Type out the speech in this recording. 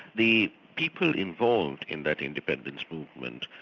the people involved in that independence movement,